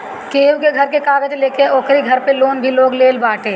केहू के घर के कागज लेके ओकरी घर पे लोन भी लोग ले लेत बाटे